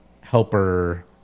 helper